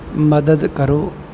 ਮਦਦ ਕਰੋ